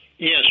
Yes